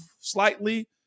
slightly